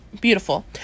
Beautiful